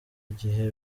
igihe